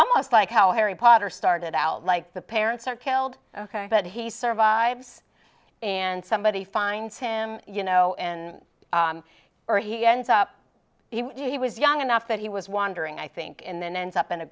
almost like how harry potter started out like the parents are killed ok but he survives and somebody finds him you know in or he ends up he was young enough that he was wandering i think in then ends up in a